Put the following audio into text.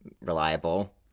reliable